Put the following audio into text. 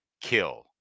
kill